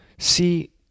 See